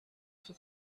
for